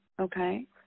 okay